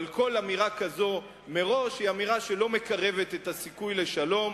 אבל כל אמירה כזאת מראש היא אמירה שלא מקרבת את הסיכוי לשלום,